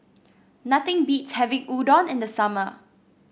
nothing beats having Udon in the summer